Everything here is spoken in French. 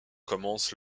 commence